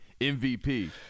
MVP